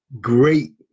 great